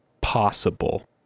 possible